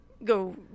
Go